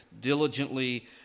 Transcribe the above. diligently